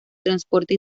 transporte